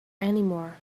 anymore